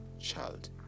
child